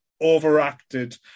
overacted